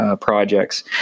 projects